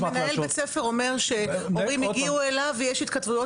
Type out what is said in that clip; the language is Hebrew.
אם מנהל בית ספר אומר שהורים הגיעו אליו ויש התכתבויות